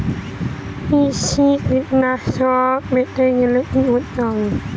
কৃষি ঋণ পেতে গেলে কি করতে হবে?